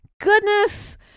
Goodness